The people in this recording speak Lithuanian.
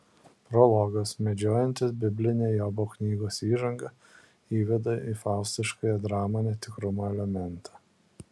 prologas mėgdžiojantis biblinę jobo knygos įžangą įveda į faustiškąją dramą netikrumo elementą